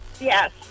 Yes